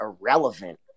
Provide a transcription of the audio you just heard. irrelevant